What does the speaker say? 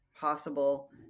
possible